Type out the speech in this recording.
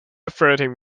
flirting